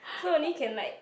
so only can like